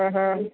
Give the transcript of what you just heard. ആഹ്ഹ